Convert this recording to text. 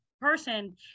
person